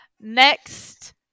next